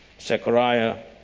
Zechariah